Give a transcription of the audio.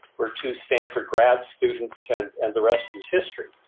were two stanford grad students, and and the rest is history.